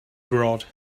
brought